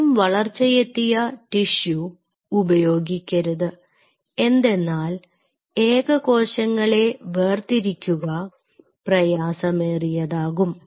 അതിലും വളർച്ചയെത്തിയ ടിഷ്യു ഉപയോഗിക്കരുത് എന്തെന്നാൽ ഏകകോശങ്ങളെ വേർതിരിക്കുക പ്രയാസമേറിയതാകും